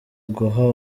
uguha